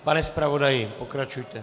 Pane zpravodaji, pokračujte.